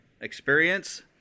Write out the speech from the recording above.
experience